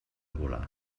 volar